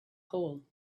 hole